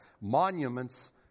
Monuments